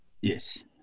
Yes